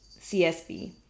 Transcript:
CSB